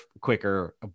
quicker